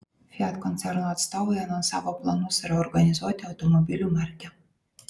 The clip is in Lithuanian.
fiat koncerno atstovai anonsavo planus reorganizuoti automobilių markę